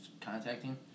contacting